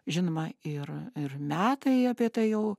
žinoma ir ir metai apie tai jau